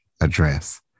address